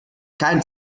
keinen